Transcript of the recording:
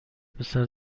پسر